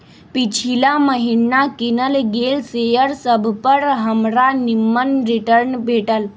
पिछिला महिन्ना किनल गेल शेयर सभपर हमरा निम्मन रिटर्न भेटल